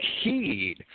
heed